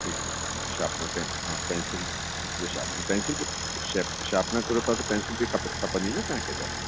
ठीकु आहे शापनर पैन हा पैंसिल ॿियो शापनर पैंसिल बि शैप शापनर घुरो था त पैंसिल बि खपे खपंदी ना तव्हां खे